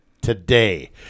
today